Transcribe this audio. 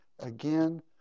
again